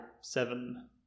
seven